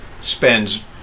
spends